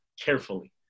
carefully